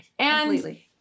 Completely